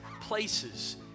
places